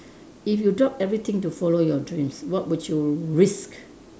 if you drop everything to follow your dreams what would you risk